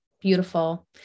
Beautiful